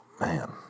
man